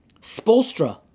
Spolstra